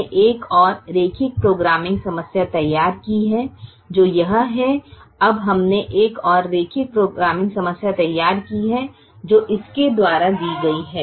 हमने एक और रैखिक प्रोग्रामिंग समस्या तैयार की है जो यह है अब हमने एक और रैखिक प्रोग्रामिंग समस्या तैयार की है जो इसके द्वारा दी गई है